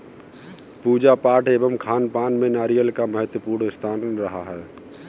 पूजा पाठ एवं खानपान में नारियल का महत्वपूर्ण स्थान रहा है